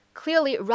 clearly